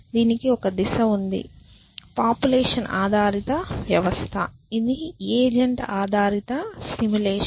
దీనికి ఒక దిశ ఉంది పాపులేషన్ ఆధారిత వ్యవస్థ ఇది ఏజెంట్ ఆధారిత సిములేషన్